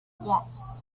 yes